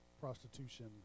prostitution